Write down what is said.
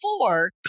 four